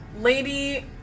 lady